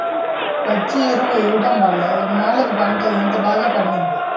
పచ్చి ఎరువు ఎయ్యడం వల్లే ఇన్నాల్లకి పంట ఇంత బాగా పండింది